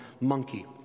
monkey